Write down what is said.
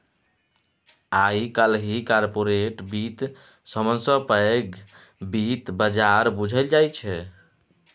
आइ काल्हि कारपोरेट बित्त सबसँ पैघ बित्त बजार बुझल जाइ छै